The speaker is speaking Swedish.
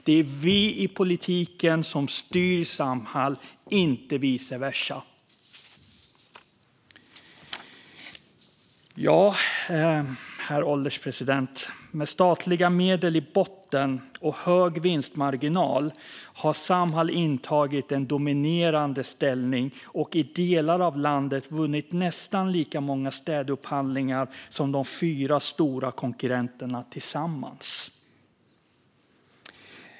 Det är vi i politiken som styr Samhall, inte vice versa. Herr ålderspresident! Med statliga medel i botten och hög vinstmarginal har Samhall intagit en dominerande ställning och i delar av landet vunnit nästan lika många städupphandlingar som de fyra stora konkurrenterna tillsammans.